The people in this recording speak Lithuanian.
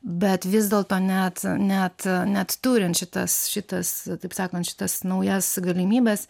bet vis dėlto net net net turint šitas šitas taip sakant šitas naujas galimybes